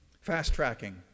fast-tracking